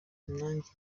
nanjye